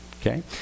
okay